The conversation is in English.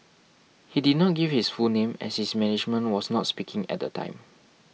he did not give his full name as his management was not speaking at the time